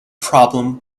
problem